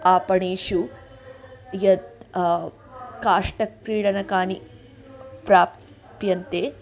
आपणेषु यत् काष्ठक्रीडनकानि प्राप्यन्ते